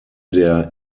der